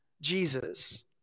Jesus